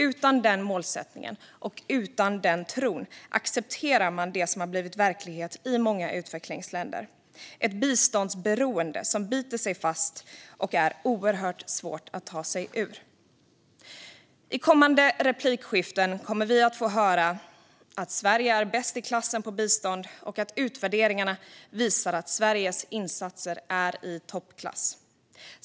Utan den målsättningen och utan den tron accepterar man det som har blivit verklighet i många utvecklingsländer: ett biståndsberoende som biter sig fast och är oerhört svårt att ta sig ur. I kommande replikskiften kommer vi att få höra att Sverige är bäst i klassen på bistånd och att utvärderingarna visar att Sveriges insatser är i toppklass.